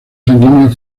sanguíneos